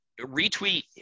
Retweet